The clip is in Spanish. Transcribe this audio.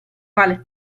vale